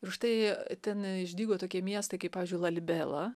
ir štai ten išdygo tokie miestai kaip pavyzdžiui lalibela